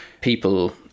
people